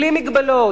בלי מגבלות,